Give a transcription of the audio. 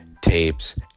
tapes